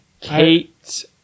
Kate